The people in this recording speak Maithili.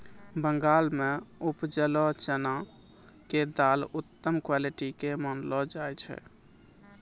बंगाल मॅ उपजलो चना के दाल उत्तम क्वालिटी के मानलो जाय छै